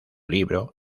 libro